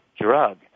drug